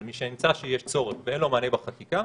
אבל משנמצא שיש צורך ואין לו מענה בחקיקה,